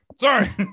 Sorry